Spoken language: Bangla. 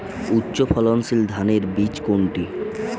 উচ্চ ফলনশীল ধানের বীজ কোনটি?